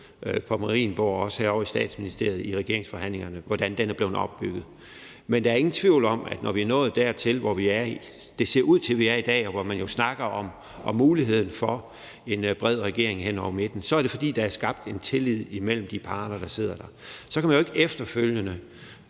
på Marienborg og også herovre i Statsministeriet i regeringsforhandlingerne, er foregået. Men der er ingen tvivl om, at når vi er nået dertil, hvor det ser ud til vi er i dag, og hvor man jo snakker om muligheden for en bred regering hen over midten, så er det, fordi der er skabt en tillid imellem de parter, der sidder der. Så kan man jo ikke efterfølgende,